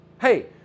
hey